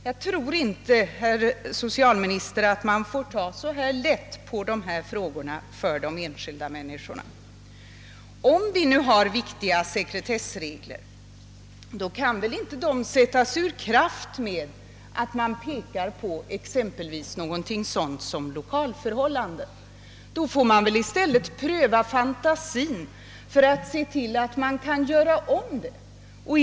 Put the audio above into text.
Jag tror inte herr socialminister, att man får ta så här lätt på dessa problem för de enskilda människorna. Om vi nu har viktiga sekretessregler, kan väl dessa inte försättas ur kraft med att man pekar på någonting sådant som exempelvis lokalförhållanden. Då bör man väl i stället pröva fantasin för att se till att man kan rätta till det som brister.